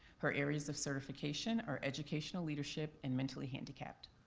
her areas of certification are educational leadership and mentally handicapped.